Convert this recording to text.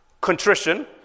Contrition